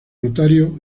notario